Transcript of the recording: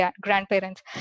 grandparents